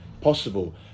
possible